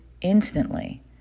instantly